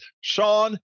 Sean